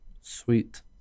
Sweet